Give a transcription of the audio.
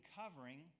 covering